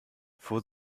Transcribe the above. fuhr